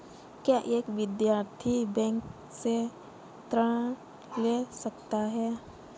क्या एक विद्यार्थी बैंक से ऋण ले सकता है?